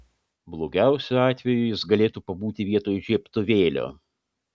blogiausiu atveju jis galėtų pabūti vietoj žiebtuvėlio